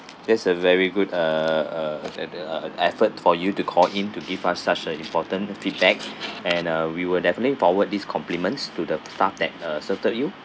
that's a very good uh uh the the effort for you to call in to give us such a important feedback and uh we will definitely forward this compliments to the staff that uh served you